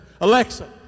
Alexa